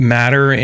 matter